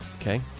Okay